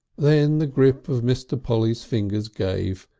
then the grip of mr. polly's fingers gave,